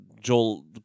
Joel